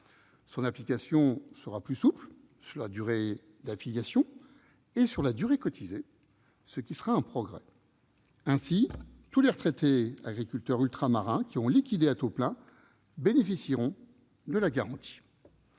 Son application sera plus souple sur la durée d'affiliation et sur la durée cotisée, ce qui constituera un progrès. Ainsi, tous les retraités agriculteurs ultramarins qui ont liquidé à taux plein bénéficieront de la garantie.